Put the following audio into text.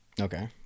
Okay